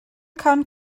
can